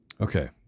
Okay